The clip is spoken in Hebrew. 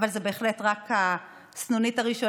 אבל זו בהחלט רק הסנונית הראשונה,